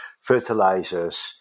fertilizers